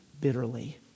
bitterly